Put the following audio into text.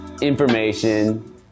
information